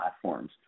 platforms